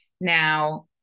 Now